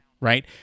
Right